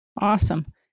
Awesome